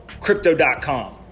Crypto.com